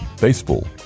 baseball